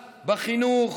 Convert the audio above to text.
בחינוך,